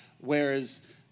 Whereas